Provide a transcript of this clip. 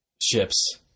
ships